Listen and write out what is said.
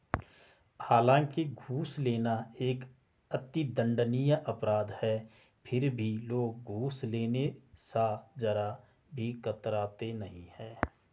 हालांकि घूस लेना एक अति दंडनीय अपराध है फिर भी लोग घूस लेने स जरा भी कतराते नहीं है